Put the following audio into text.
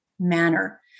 Manner